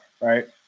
right